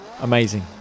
amazing